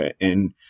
And-